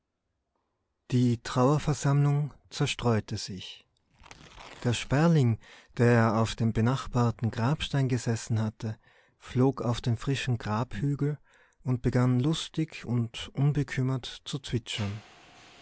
die trauerversammlung zerstreute sich der sperling der auf dem benachbarten grabstein gesessen hatte flog auf den frischen grabhügel und begann lustig und unbekümmert zu zwitschern